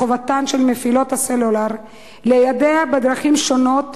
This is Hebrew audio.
חובתן של מפעילות הסלולר ליידע בדרכים שונות,